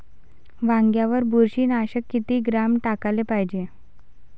वांग्यावर बुरशी नाशक किती ग्राम टाकाले पायजे?